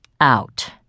out